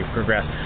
progress